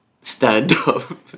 stand-up